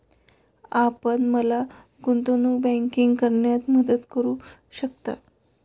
आपण मला गुंतवणूक बँकिंग करण्यात मदत करू शकता?